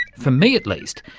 for me at least,